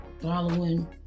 following